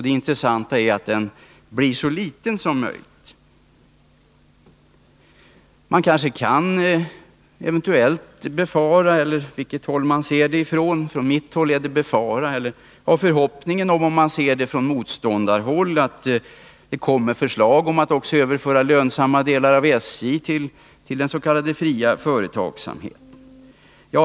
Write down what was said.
Det intressanta är, sägs det att den blir så liten som möjligt. Man kan, beroende på från vilket håll Om vissa missförman ser det hela, befara — det gör jag — eller hoppas — det gör man om man ser hållanden i SJ:s det från motsatt håll — att förslag framläggs om att överföra lönsamma delar tågtrafik av SJ tilldens.k. fria företagsamheten.